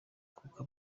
kuko